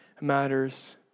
matters